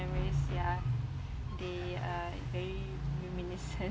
memories ya they are very reminiscent